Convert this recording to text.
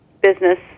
business